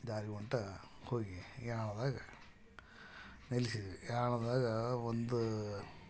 ದಾರಿ ಒಂಟ ಹೋಗಿ ಯಾಣದಾಗ ನಿಲ್ಲಿಸಿದ್ವಿ ಯಾಣದಾಗ ಒಂದು